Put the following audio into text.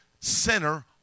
sinner